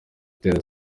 itera